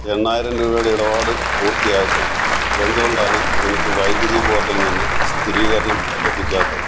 എണ്ണായിരം രൂപയുടെ ഇടപാട് പൂർത്തിയായിട്ടും എന്തു കൊണ്ടാണ് എനിക്ക് വൈദ്യുതി ബോർഡിൽ നിന്ന് സ്ഥിരീകരണം ലഭിക്കാത്തത്